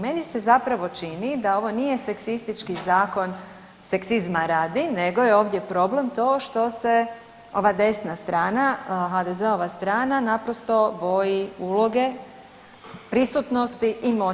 Meni se zapravo čini da ovo nije seksistički zakon seksizma radi, nego je ovdje problem to što se ova desna strana, HDZ-ova strana naprosto boji uloge prisutnosti i moći žena.